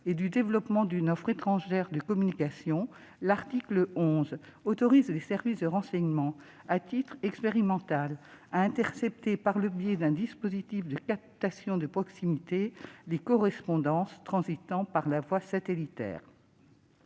et du développement d'une offre étrangère de communication, l'article 11 autorise les services de renseignement, à titre expérimental, à intercepter par le biais d'un dispositif de captation de proximité les correspondances transitant par la voie satellitaire.